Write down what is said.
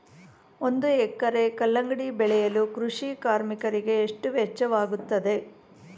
ಒಂದು ಎಕರೆ ಕಲ್ಲಂಗಡಿ ಬೆಳೆಯಲು ಕೃಷಿ ಕಾರ್ಮಿಕರಿಗೆ ಎಷ್ಟು ವೆಚ್ಚವಾಗುತ್ತದೆ?